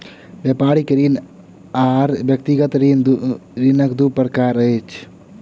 व्यापारिक ऋण आर व्यक्तिगत ऋण, ऋणक दू प्रकार अछि